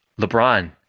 LeBron